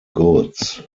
goods